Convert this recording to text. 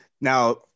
now